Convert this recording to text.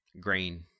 grain